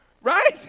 Right